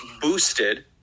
boosted